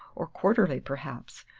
or quarterly, perhaps,